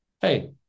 Hey